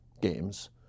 games